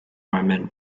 roman